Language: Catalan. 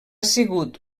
sigut